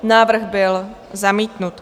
Návrh byl zamítnut.